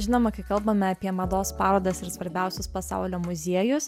žinoma kai kalbame apie mados parodas ir svarbiausius pasaulio muziejus